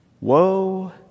Woe